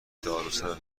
داروساز